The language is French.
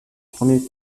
premier